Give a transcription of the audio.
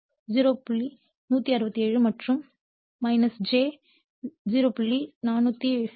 167 மற்றும் j 0